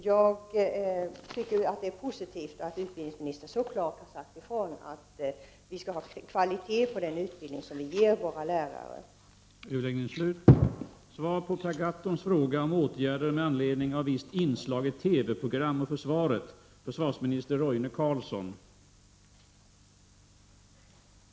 Jag tycker att det är positivt att utbildningsministern så klart har slagit fast kravet på kvalitet vad gäller den utbildning som ges till våra blivande lärare.